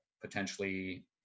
potentially